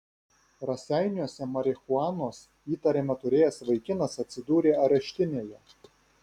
raseiniuose marihuanos įtariama turėjęs vaikinas atsidūrė areštinėje